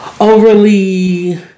overly